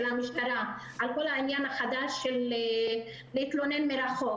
המשטרה על כל העניין החדש של להתלונן מרחוק.